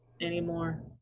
anymore